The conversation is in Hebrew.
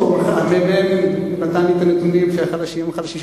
הממ"מ נתן לי את הנתונים שהחלשים הם חלשים,